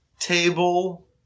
table